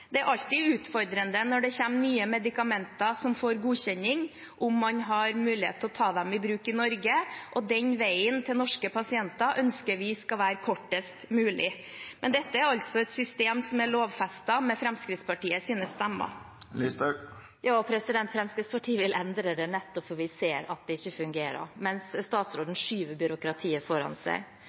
Det er alltid utfordrende når det kommer nye medikamenter som får godkjenning – om man har mulighet til å ta dem i bruk i Norge. Den veien til norske pasienter ønsker vi skal være kortest mulig. Men dette er et system som er lovfestet med Fremskrittspartiets stemmer. Sylvi Listhaug – til oppfølgingsspørsmål. Fremskrittspartiet vil endre det nettopp fordi vi ser at det ikke fungerer, mens statsråden skyver byråkratiet foran seg.